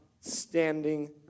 standing